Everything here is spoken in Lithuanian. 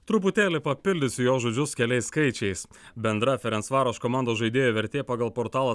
truputėlį papildysiu jo žodžius keliais skaičiais bendra ferensvaroš komandos žaidėjų vertė pagal portalą